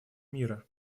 мира